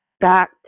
back